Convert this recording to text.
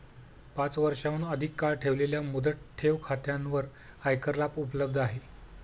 पाच वर्षांहून अधिक काळ ठेवलेल्या मुदत ठेव खात्यांवर आयकर लाभ उपलब्ध आहेत